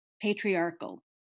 patriarchal